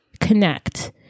connect